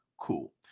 cool